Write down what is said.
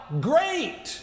great